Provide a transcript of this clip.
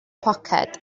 poced